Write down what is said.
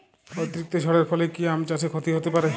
অতিরিক্ত ঝড়ের ফলে কি আম চাষে ক্ষতি হতে পারে?